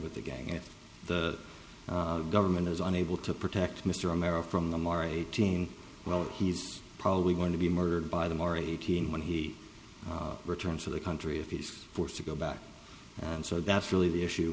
with the gang if the government is unable to protect mr romero from them are eighteen well he's probably going to be murdered by them or eighteen when he returns to the country if he's forced to go back and so that's really the issue